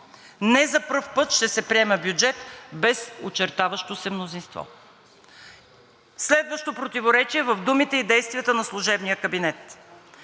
Не за пръв път ще се приеме бюджет без очертаващо се мнозинство. Следващото противоречие в думите и действията на служебния кабинет: